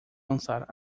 lançar